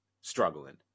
Struggling